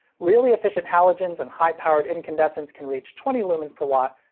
really efficient halogens and high-powered incandescents can reach twenty lumens per watt,